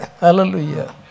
Hallelujah